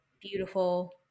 beautiful